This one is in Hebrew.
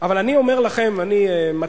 אבל אני אומר לכם, אני מתריע: